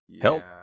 Help